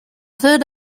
third